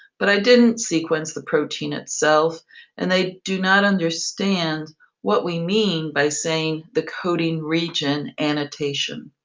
but i didn't sequence the protein itself and i do not understand what we mean by saying the coding region annotation.